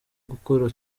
gukora